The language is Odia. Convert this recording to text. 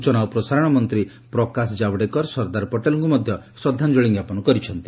ସୂଚନା ଓ ପ୍ରସାରଣ ମନ୍ତ୍ରୀ ପ୍ରକାଶ ଜାୱଡେକର ସର୍ଦ୍ଦାର ପଟେଲଙ୍କୁ ମଧ୍ୟ ଶ୍ରଦ୍ଧାଞ୍ଚଳି ଜ୍ଞାପନ କରିଛନ୍ତି